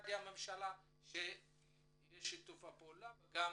ובמשרדי הממשלה, שיהיה שיתוף פעולה וגם